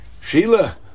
sheila